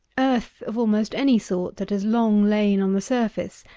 earth of almost any sort that has long lain on the surface,